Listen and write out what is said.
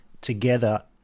together